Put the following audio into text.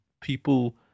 people